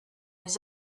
les